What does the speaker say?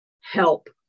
help